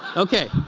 okay.